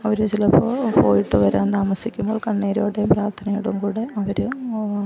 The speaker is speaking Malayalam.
അവര് ചിലപ്പോൾ പോയിട്ട് വരാൻ താമസിക്കുമ്പോൾ കണ്ണീരോടേയും പ്രാർത്ഥനയോടും കൂടെ അവര്